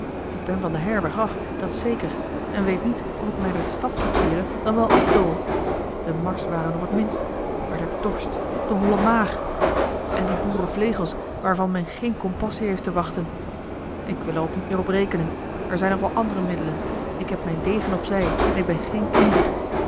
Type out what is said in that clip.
ik ben van den heirweg af dat s zeker en weet niet of ik mij naar de stad toekeere dan wel afdool de marsch ware nog het minst maar de dorst de holle maag en die boerenvlegels waarvan men geen compassie heeft te wachten ik wil er ook niet meer op rekenen er zijn nog wel andere middelen ik heb mijn degen op zij en ik ben geen kniezer